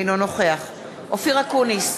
אינו נוכח אופיר אקוניס,